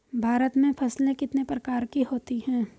भारत में फसलें कितने प्रकार की होती हैं?